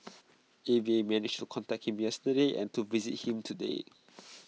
A V A managed to contact him yesterday and to visit him today